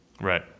Right